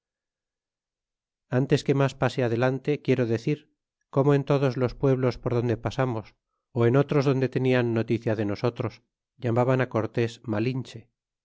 antes que mas pase adelante quiero decir como en todos los pueblos por donde pasamos ó en otros donde tenian noticia de nosotros llamaban á cortés malinche